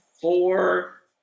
four